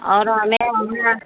और हमें हम ना